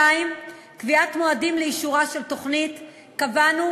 2. קביעת מועדים לאישורה של תוכנית: קבענו